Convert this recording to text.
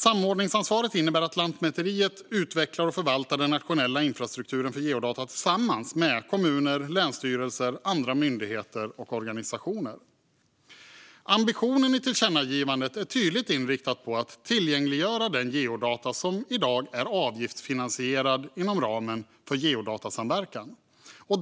Samordningsansvaret innebär att Lantmäteriet utvecklar och förvaltar den nationella infrastrukturen för geodata tillsammans med kommuner, länsstyrelser, andra myndigheter och organisationer. Ambitionen i tillkännagivandet är tydligt inriktad på att tillgängliggöra de geodata som i dag är avgiftsfinansierade inom ramen för geodatasamverkan.